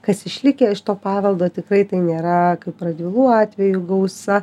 kas išlikę iš to paveldo tikrai tai nėra kaip radvilų atveju gausa